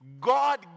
God